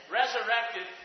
resurrected